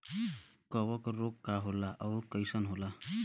कवक रोग का होला अउर कईसन होला?